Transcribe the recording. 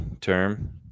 term